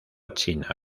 china